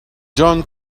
john